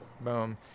boom